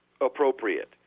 appropriate